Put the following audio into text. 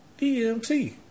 DMT